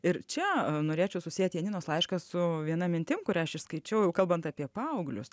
ir čia norėčiau susiet janinos laišką su viena mintim kurią aš išskaičiau jau kalbant apie paauglius